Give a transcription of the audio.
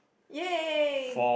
yay